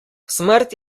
smrt